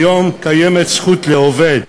כיום קיימת זכות לעובד